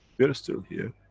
we are still here.